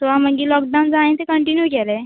so हांव मागीर lockdown जावन हांवे कन्टिनूय केलें